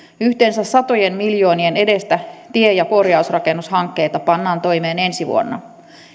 yhteensä satojen miljoonien edestä tie ja korjausrakennushankkeita pannaan toimeen ensi vuonna